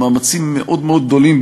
מאמצים מאוד מאוד גדולים,